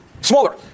smaller